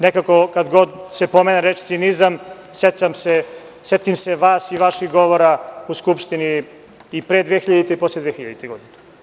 Nekako kad god se pomene reč cinizam, setim se vas i vaših govora u Skupštini i pre 2000. i posle 2000. godine.